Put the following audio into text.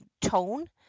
tone